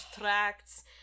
tracts